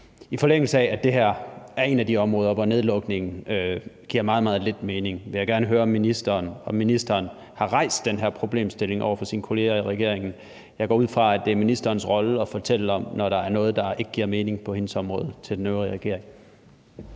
I forlængelse af at det her er et af de områder, hvor nedlukningen giver meget, meget lidt mening, vil jeg gerne høre, om ministeren har rejst den her problemstilling over for sine kolleger i regeringen. Jeg går ud fra, at det er ministerens rolle at fortælle den øvrige regering om det, når der er noget, der ikke giver mening på hendes område. Kl. 16:39 Tredje